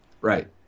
Right